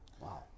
Wow